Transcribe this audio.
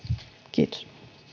kiitos